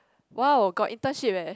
!wow! got internship eh